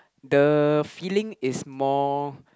the feeling is more